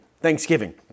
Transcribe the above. Thanksgiving